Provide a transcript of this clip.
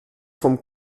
vom